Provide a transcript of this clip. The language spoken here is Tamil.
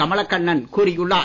கமலகண்ணன் கூறியுள்ளார்